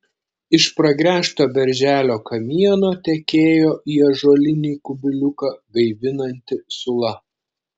iš pragręžto berželio kamieno tekėjo į ąžuolinį kubiliuką gaivinanti sula